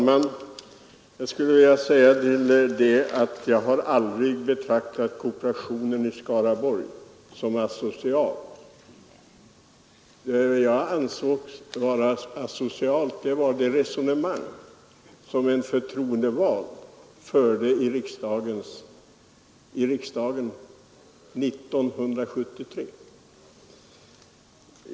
Fru talman! Jag har aldrig betraktat kooperationen i Skaraborgs län såsom asocial. Det jag ansåg vara asocialt var det resonemang som en förtroendevald förde i riksdagen 1973.